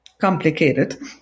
complicated